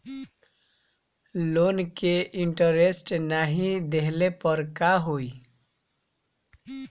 Loan के interest नाही देहले पर का होई?